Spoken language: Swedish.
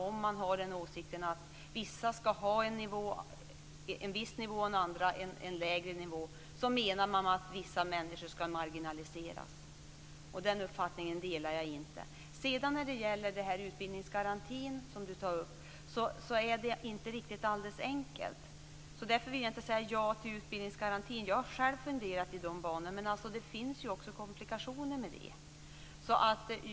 Om man har åsikten att vissa människor skall ha en viss nivå och andra en viss lägre nivå menar man att vissa människor skall marginaliseras. Den uppfattningen delar jag inte. När det gäller utbildningsgarantin, som Sofia Jonsson tar upp, kan jag säga att det inte är alldeles enkelt. Därför vill jag inte säga ja till utbildningsgarantin. Jag har själv funderat i de banorna, men det finns också komplikationer med det.